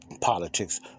politics